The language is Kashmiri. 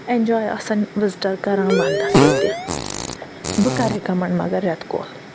اٮ۪نجاے آسَن وِزِٹَر کران وَنٛدَس ییٚتہِ بہٕ کَرٕ رِکَمنڈ مگر رٮ۪تہٕ کول